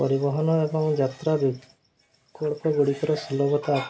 ପରିବହନ ଏବଂ ଯାତ୍ରା ବିକଳ୍ପ ଗୁଡ଼ିକର ସୁଲଭତା